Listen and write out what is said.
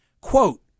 quote